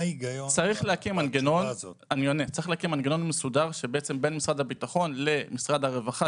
צריך להקים מנגנון מסודר בין משרד הביטחון למשרד הרווחה,